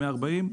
140,